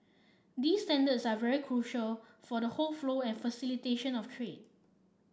these standards are very critical for the whole flow and facilitation of trade